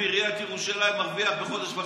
בעיריית ירושלים מרוויח בחודש וחצי.